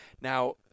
now